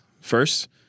first